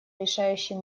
решающий